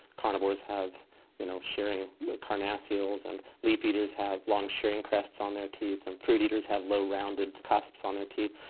carnivores have you know shearing carnassials, and leaf-eaters have long shearing crests on their teeth, and fruit-eaters have low rounded cusps on their teeth.